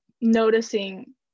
noticing